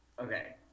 Okay